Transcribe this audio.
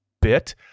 bit